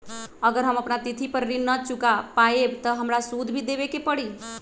अगर हम अपना तिथि पर ऋण न चुका पायेबे त हमरा सूद भी देबे के परि?